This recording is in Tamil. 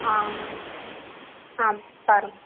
ஆ ஆ பாருங்கள்